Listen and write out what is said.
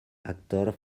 actor